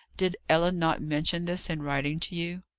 did ellen not mention this, in writing to you?